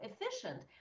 efficient